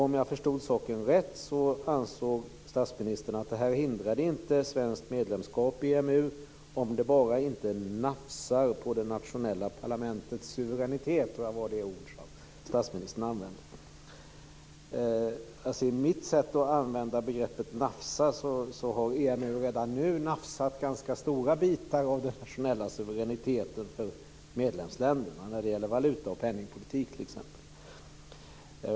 Om jag förstod saken rätt ansåg statsministern att detta inte hindrar ett svenskt medlemskap i EMU, om det bara inte nafsar på det nationella parlamentets suveränitet. Det var de ord som statsministern använde. Enligt min tolkning av begreppet "nafsa" har EMU redan nu nafsat till sig ganska stora bitar av medlemsländernas nationella suveränitet, t.ex. när det gäller valuta och penningpolitik.